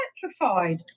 petrified